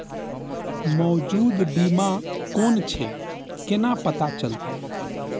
मौजूद बीमा कोन छे केना पता चलते?